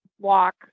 walk